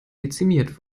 dezimiert